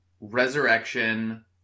Resurrection